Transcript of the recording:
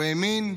הוא האמין,